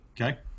Okay